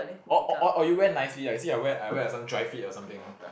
or or or or you wear nicely ah you see I wear I wear like some dry fit or something